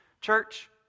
Church